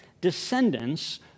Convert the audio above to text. descendants